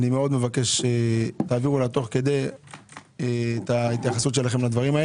מאוד מבקש שתעבירו לה תוך כדי את ההתייחסות שלכם לדברים.